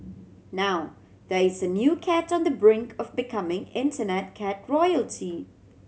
now there is a new cat on the brink of becoming Internet cat royalty